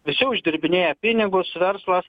visi uždirbinėja pinigus verslas